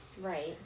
Right